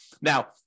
now